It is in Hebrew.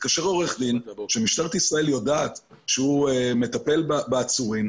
מתקשר עורך דין שמשטרת ישראל יודעת שהוא מטפל בעצורים,